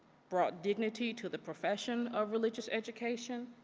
brought dignity to the profession of religious education,